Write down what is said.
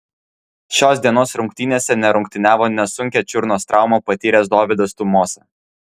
šios dienos rungtynėse nerungtyniavo nesunkią čiurnos traumą patyręs dovydas tumosa